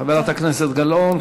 חברת הכנסת גלאון,